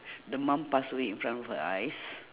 the mum passed away in front of her eyes